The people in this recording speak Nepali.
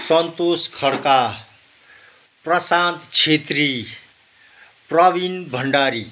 सन्तोष खड्का प्रशान्त छेत्री प्रवीन भन्डारी